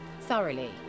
thoroughly